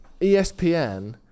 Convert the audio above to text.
ESPN